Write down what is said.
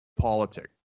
politics